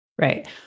Right